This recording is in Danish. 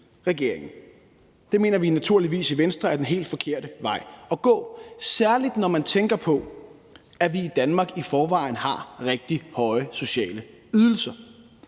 regeringen. Det mener vi naturligvis i Venstre er den helt forkerte vej at gå, særlig når man tænker på, at vi i Danmark i forvejen har rigtig høje sociale ydelser.